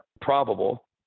probable